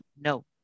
no